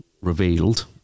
revealed